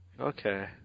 Okay